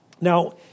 Now